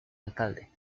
alcalde